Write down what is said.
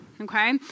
okay